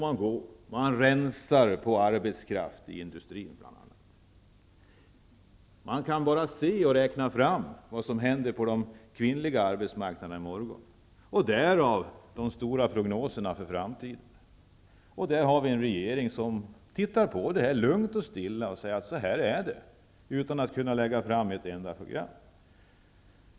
Man rensar ut arbetskraft i bl.a. industrin. Det går att se och räkna ut vad som kommer att hända på kvinnornas arbetsmarknad i morgon. Därav följer prognoserna om stor arbetslöshet i framtiden. Vi har en regering som tittar på lugnt och stilla och säger: Så här är det; utan att lägga fram ett enda program.